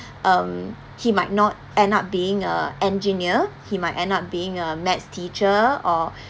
um he might not end up being a engineer he might end up being a maths teacher or